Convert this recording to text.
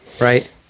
right